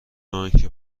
آنکه